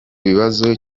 kibazo